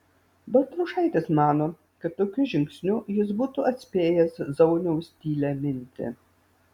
baltrušaitis mano kad tokiu žingsniu jis būtų atspėjęs zauniaus tylią mintį